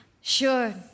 Sure